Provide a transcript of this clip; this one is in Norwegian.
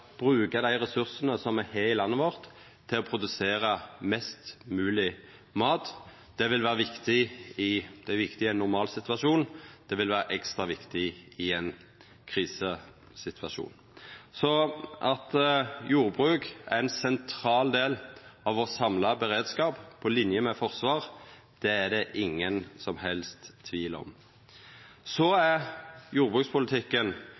bruka dei ressursane som me har i landet vårt, til å produsera mest mogleg mat. Det er viktig i ein normal situasjon. Det vil vera ekstra viktig i ein krisesituasjon. Så at jordbruk er ein sentral del av vår samla beredskap på linje med forsvar, er det ingen som helst tvil om. Jordbrukspolitikken